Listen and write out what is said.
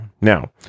now